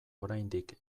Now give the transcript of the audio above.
oraindik